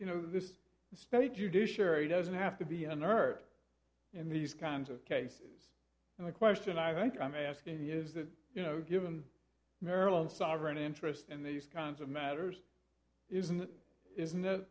judiciary doesn't have to be a nerd in these kinds of cases and the question i think i'm asking is that you know given maryland sovereign interest in these kinds of matters isn't isn't